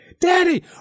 Daddy